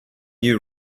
you